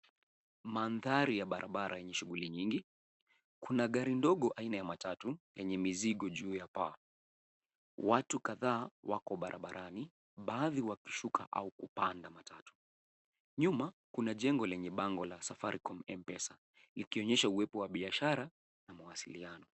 Mandhari ya barabara yenye shughuli nyingi. Kuna gari ndogo aina ya matatu yenye mizigo juu ya paa. Watu kadhaa wako barabarani, baadhi wakishuka au kupanda matatu. Nyuma kuna jengo lenye bango la Safaricom Mpesa ikionyesha uwepo wa biashara na mawasiliano.